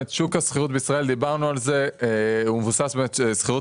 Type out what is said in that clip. שוק השכירות בישראל מבוסס על שכירות